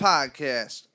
Podcast